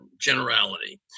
generality